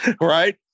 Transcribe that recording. right